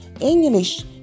English